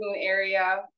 area